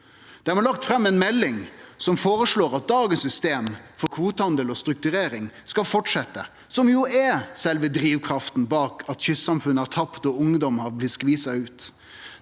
Dei har lagt fram ei melding som føreslår at dagens system for kvotehandel og strukturering skal fortsette, eit system som jo er sjølve drivkrafta bak at kystsamfunn har tapt og ungdom har blitt skvisa ut.